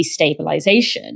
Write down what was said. destabilization